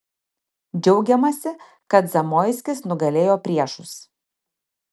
džiaugiamasi kad zamoiskis nugalėjo priešus